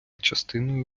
частиною